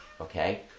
Okay